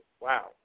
wow